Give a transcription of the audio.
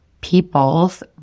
people's